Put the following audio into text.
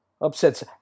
upsets